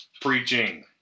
preaching